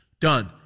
Done